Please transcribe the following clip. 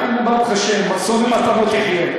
מתנות קיבלתם?